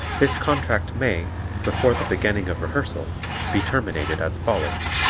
this contract may before the beginning of rehearsals be terminated as follows